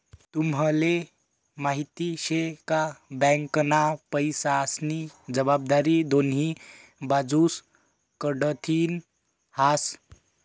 तुम्हले माहिती शे का? बँकना पैसास्नी जबाबदारी दोन्ही बाजूस कडथीन हास